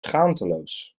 schaamteloos